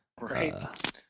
Right